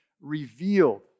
revealed